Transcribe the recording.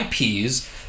IPs